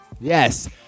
Yes